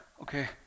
Okay